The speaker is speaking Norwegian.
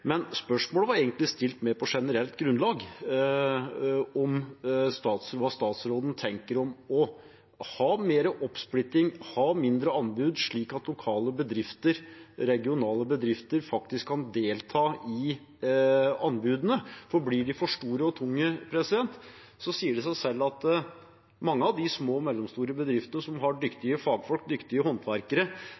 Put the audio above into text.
Spørsmålet var egentlig stilt på mer generelt grunnlag om hva statsråden tenker om å ha mer oppsplitting, ha mindre anbud, slik at lokale og regionale bedrifter faktisk kan delta i anbudene. For blir de for store og tunge, sier det seg selv at mange av de små og mellomstore bedriftene som har dyktige fagfolk, dyktige håndverkere,